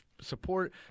support